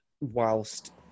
whilst